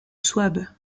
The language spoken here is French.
souabe